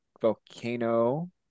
volcano